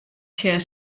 sjen